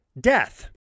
death